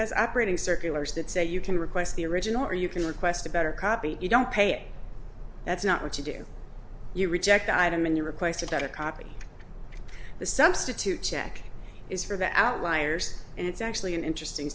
has operating circulars that say you can request the original or you can request a better copy you don't pay that's not what you do you reject the item and you requested a copy the substitute check is for the outliers and it's actually an interesting